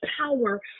power